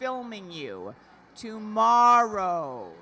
filming you tomorrow